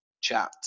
chat